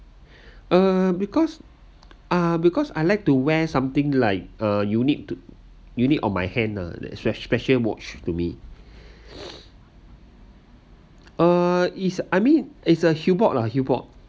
uh because ah because I like to wear something like a you need to you need on my hand ah that sp~ special watch to me uh is I mean is a Hublot lah Hublot